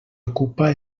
ocupa